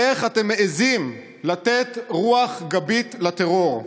איך אתם מעיזים לתת רוח גבית לטרור?